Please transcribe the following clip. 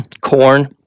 corn